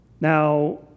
Now